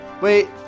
Wait